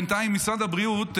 בינתיים, משרד הבריאות,